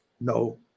no